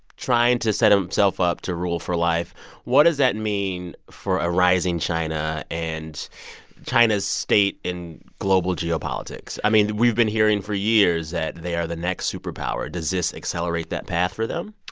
trying to set himself up to rule for life what does that mean for a rising china and china's state in global geopolitics? i mean, we've been hearing for years that they are the next superpower. does this accelerate that path for them?